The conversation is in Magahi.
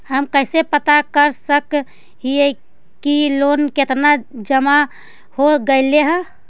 हम कैसे पता कर सक हिय की लोन कितना जमा हो गइले हैं?